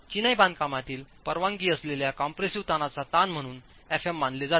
चिनाई बांधकामातील परवानगी असलेल्या कंप्रेसिव्ह तणावाचा ताण म्हणूनfmमानले जाते